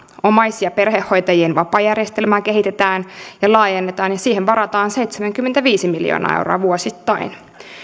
omais ja perhehoitajien vapaajärjestelmää kehitetään ja laajennetaan ja siihen varataan seitsemänkymmentäviisi miljoonaa euroa vuosittain